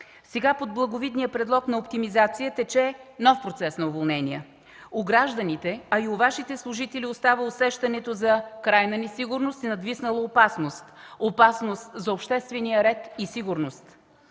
Сега под благовидния предлог на оптимизация тече нов процес на уволнения. В гражданите, а и във Вашите служители остава усещането за крайна несигурност и надвиснала опасност – опасност за обществения ред и сигурност.